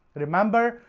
remember,